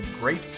great